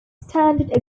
standard